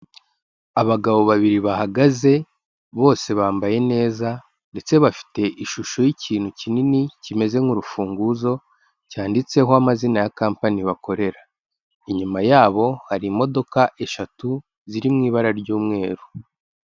Abagabo babiri bahagaze, bose bambaye neza ndetse bafite ishusho y'ikintu kinini kimeze nk'urufunguzo, cyanditseho amazina ya kampani bakorera. Inyuma yabo hari imodoka eshatu ziri mu ibara ry'umweru.